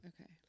Okay